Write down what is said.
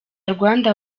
rwanda